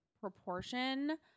proportion